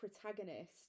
protagonist